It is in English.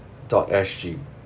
dot S G